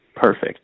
perfect